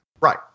Right